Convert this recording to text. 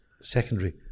secondary